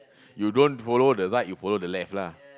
you don't follow the right you follow the left lah